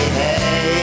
hey